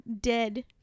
dead